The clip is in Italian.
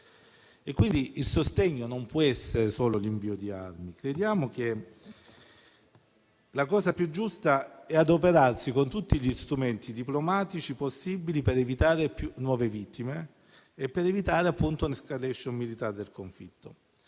e quindi il sostegno non può essere solo l'invio di armi. Crediamo che la cosa più giusta sia adoperarsi con tutti gli strumenti diplomatici possibili per evitare nuove vittime e per evitare un'*escalation* militare del conflitto.